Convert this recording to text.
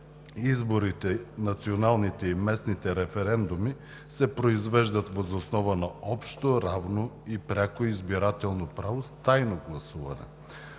изборите, националните и местните референдуми се произвеждат въз основа на общо, равно и пряко избирателно право с тайно гласуване.